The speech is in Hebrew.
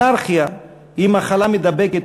אנרכיה היא מחלה מידבקת,